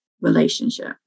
relationship